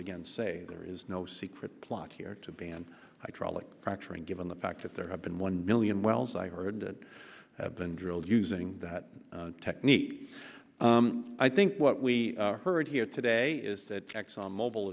again say there is no secret plot here to ban hydraulic fracturing given the fact that there have been one million wells i heard that have been drilled using that technique i think what we heard here today is that exxon mobil